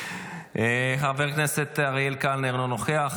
חבר הכנסת אריאל קלנר, לא נוכח.